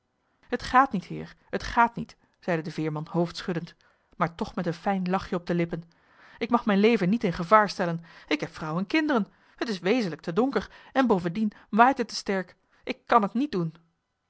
t gaat niet heer t gaat niet zeide de veerman hoofdschuddend maar toch met een fijn lachje op de lippen ik mag mijn leven niet in gevaar stellen ik heb vrouw en kinderen t is wezenlijk te donker en bovendien waar het te sterk ik kan het niet doen